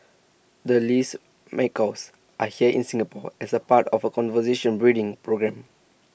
the Lear's macaws are here in Singapore as part of A conservation breeding programme